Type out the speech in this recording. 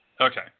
Okay